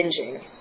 binging